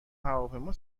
هواپیما